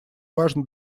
важно